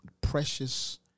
precious